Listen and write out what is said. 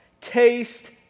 taste